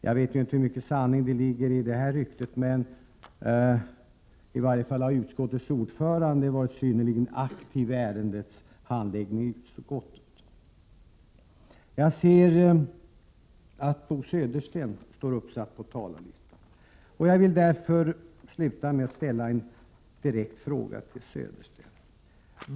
Jag vet inte hur mycket sanning det ligger i detta rykte, men utskottets ordförande har i varje fall varit synnerligen aktiv vid ärendets handläggning i utskottet. Jag ser att Bo Södersten finns med på talarlistan. Jag vill därför avsluta med att ställa en direkt fråga till honom.